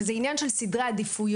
וזה עניין של סדרי עדיפויות.